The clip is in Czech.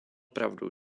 pravdu